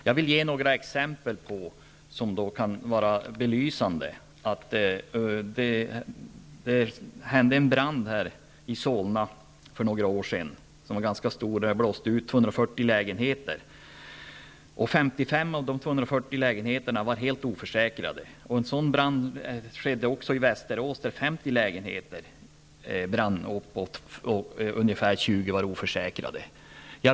Jag vill ge några exempel som kan vara belysande. Det skedde en brand i Solna för några år sedan. Den var ganska stor. 240 lägenheter blev urblåsta. 55 av dessa 240 lägenheter var helt oförsäkrade. En liknande brand skedde också i Västerås där 50 lägenheter brann upp. Ungefär 20 av dessa var oförsäkrade.